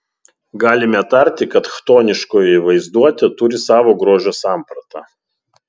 galime tarti kad chtoniškoji vaizduotė turi savo grožio sampratą